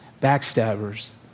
backstabbers